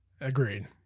Agreed